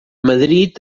madrid